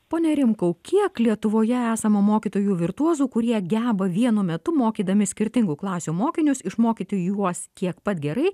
pone rimkau kiek lietuvoje esama mokytojų virtuozų kurie geba vienu metu mokydami skirtingų klasių mokinius išmokyti juos tiek pat gerai